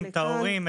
את ההורים,